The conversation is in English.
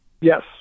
Yes